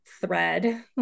thread